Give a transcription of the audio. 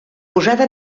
posada